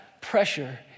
pressure